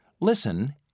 Listen